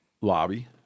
lobby